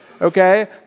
Okay